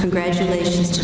congratulations